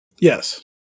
Yes